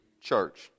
church